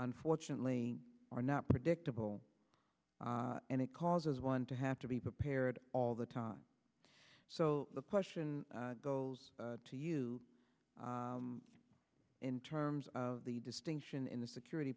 unfortunately are not predictable and it causes one to have to be prepared all the time so the question goes to you in terms of the distinction in the security